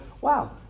wow